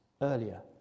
earlier